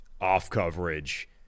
off-coverage